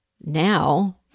now